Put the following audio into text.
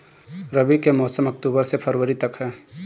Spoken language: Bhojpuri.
रबी के मौसम अक्टूबर से फ़रवरी तक ह